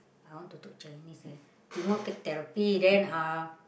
I want to talk Chinese eh chemo therapy then uh